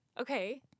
Okay